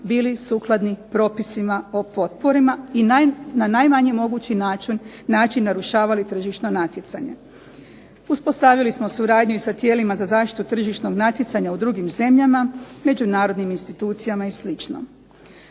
bili sukladni propisima i potporama na najmanji mogući način narušavali tržišna natjecanja. Uspostavili smo suradnju i sa tijelima za zaštitu tržišnog natjecanja u drugim zemljama, međunarodnim institucijama i